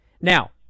Now